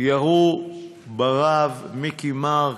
ירו ברב מיכי מרק,